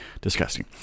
disgusting